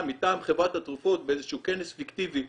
מטעם חברת התרופות באיזה שהוא כנס פיקטיבי,